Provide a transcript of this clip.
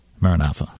Maranatha